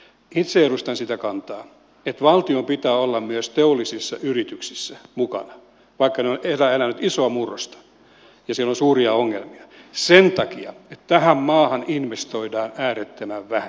itse edustan sitä kantaa että valtion pitää olla myös teollisissa yrityksissä mukana vaikka ne elävät isoa murrosta ja siellä on suuria ongelmia sen takia että tähän maahan investoidaan äärettömän vähän